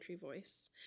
voice